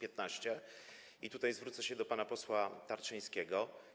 I tutaj zwrócę się do pana posła Tarczyńskiego.